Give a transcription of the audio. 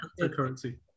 cryptocurrency